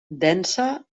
densa